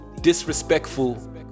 Disrespectful